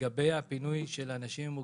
לגבי הפינוי של אנשים עם מוגבלות,